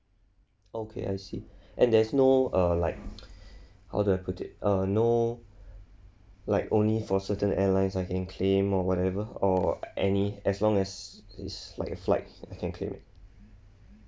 okay I see and there's no uh like how do I put it uh no like only for certain airlines I can claim or whatever or any as long as is like flight I can claim